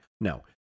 No